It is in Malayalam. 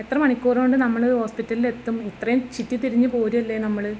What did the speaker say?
എത്ര മണിക്കൂറ് കൊണ്ട് നമ്മള് ഹോസ്പിറ്റലിൽ എത്തും ഇത്രയും ചുറ്റിത്തിരിഞ്ഞ് പോരുവല്ലേ നമ്മള്